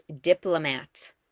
diplomat